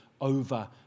over